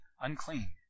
unclean